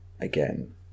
again